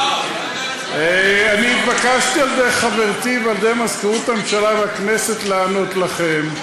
אני התבקשתי על-ידי חברתי ועל-ידי מזכירות הממשלה והכנסת לענות לכם.